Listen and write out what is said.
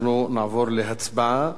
אנחנו נעבור להצבעה